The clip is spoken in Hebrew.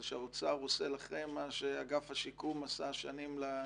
זה שהאוצר עושה לכם מה שאגף השיקום עשה שנים לנכים.